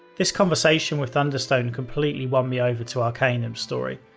this conversation with thunderstone completely won me over to arcanum's story.